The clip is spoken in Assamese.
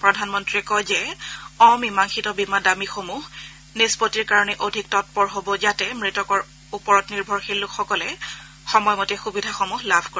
প্ৰধানমন্ত্ৰীয়ে কয় যে অমীমাংসিত বীমা দাবীসমূহ নিষ্পত্তিৰ কাৰণে অধিক তৎপৰ হ'ব যাতে মৃতকৰ ওপৰত নিৰ্ভৰশীল লোকসকলে সময়মতে সুবিধাসমূহ লাভ কৰে